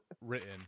written